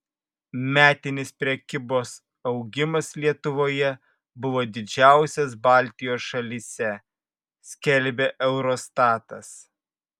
metinis prekybos augimas lietuvoje buvo didžiausias baltijos šalyse skelbia eurostatas